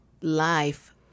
life